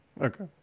Okay